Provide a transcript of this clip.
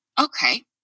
okay